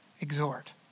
exhort